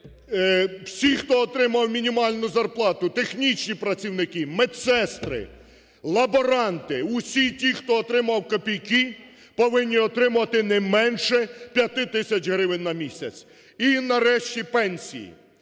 всі, хто отримував мінімальну зарплату – технічні працівники, медсестри, лаборанти, усі ті, хто отримував копійки, повинні отримувати не менше 5 тисяч гривень на місяць. І, нарешті, пенсії.